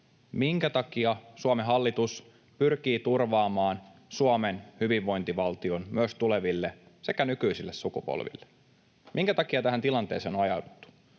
minkä takia Suomen hallitus pyrkii turvaamaan Suomen hyvinvointivaltion myös tuleville sekä nykyisille sukupolville, minkä takia tähän tilanteeseen on ajauduttu.